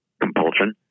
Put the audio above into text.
compulsion